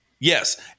Yes